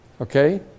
okay